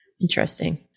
Interesting